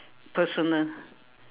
personal